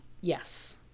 Yes